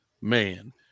man